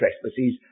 trespasses